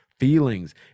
feelings